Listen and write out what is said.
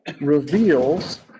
reveals